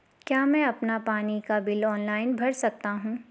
क्या मैं अपना पानी का बिल ऑनलाइन भर सकता हूँ?